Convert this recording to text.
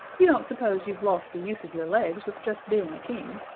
you don't suppose you've lost the use of your legs with just being a king?